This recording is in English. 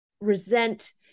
resent